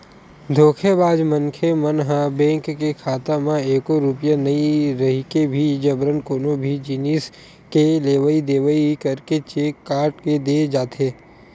धोखेबाज मनखे मन ह बेंक के खाता म एको रूपिया नइ रहिके भी जबरन कोनो भी जिनिस के लेवई देवई करके चेक काट के दे जाथे